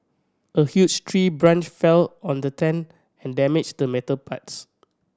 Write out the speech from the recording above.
a huge tree branch fell on the tent and damaged the metal parts